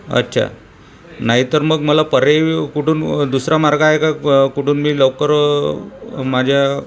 अच्छा नाहीतर मग मला पर्याय कुठून दुसरा मार्ग आहे का कुठून मी लवकर माझ्या